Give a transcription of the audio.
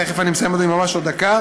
תכף אני מסיים, ממש עוד דקה.